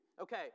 Okay